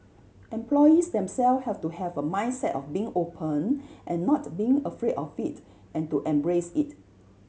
employees them self have to have a mindset of being open and not being afraid of it and to embrace it